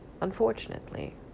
Unfortunately